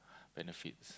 benefits